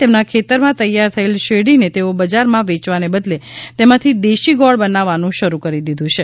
તેમના ખેતરમાં તૈયર થયેલ શેરડીને તેઓ બજારમાં વેંચવાને બદલે તેમાંથી દેશી ગોળ બનાવવાનું શરૂ કરી દીધું છે